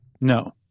No